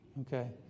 okay